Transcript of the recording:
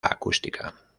acústica